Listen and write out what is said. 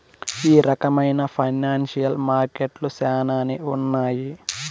ఈ రకమైన ఫైనాన్సియల్ మార్కెట్లు శ్యానానే ఉన్నాయి